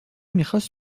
میخواست